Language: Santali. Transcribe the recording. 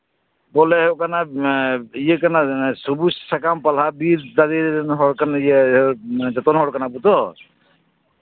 ᱵᱚᱞᱮ ᱦᱩᱭᱩᱜ ᱠᱟᱱᱟ ᱤᱭᱟᱹ ᱠᱟᱱᱟ ᱥᱚᱵᱩᱡ ᱥᱟᱠᱟᱢ ᱯᱟᱞᱦᱟ ᱵᱤᱨ ᱫᱟᱨᱮ ᱨᱮᱱ ᱦᱚᱲ ᱤᱭᱟᱹ ᱡᱚᱛᱚᱱ ᱦᱚᱲ ᱠᱟᱱᱟ ᱵᱚᱱ ᱛᱚ